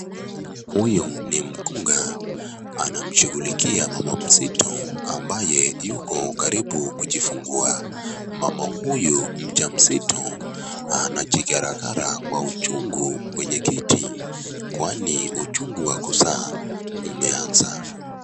Huyu ni mkunga anamshughulikia mama mzito ambaye yuko karibu kujifungua. Mama huyu mjamzito anajikarakara kwa uchungu kwenye kiti kwani uchungu wa kuzaa umeanza.